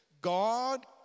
God